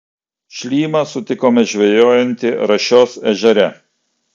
šlymą sutikome žvejojantį rašios ežere